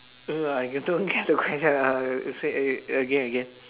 no I did~ don't get the question uh say a~ again again